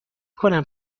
کنم